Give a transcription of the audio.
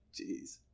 Jeez